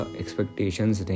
expectations